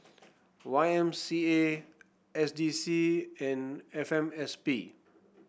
Y M C A S D C and F M S P